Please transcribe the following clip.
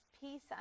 peace